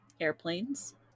airplanes